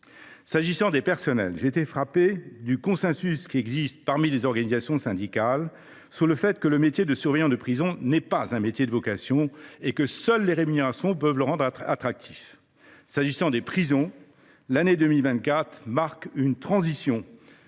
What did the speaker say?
concerne le personnel, j’ai été frappé du consensus qui s’exprime au sein des organisations syndicales sur le fait que le métier de surveillant de prison n’était pas un métier de vocation : seules les rémunérations peuvent le rendre attractif. Pour ce qui est des prisons, l’année 2024 marque une transition entre